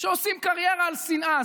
שעושים קריירה על שנאה.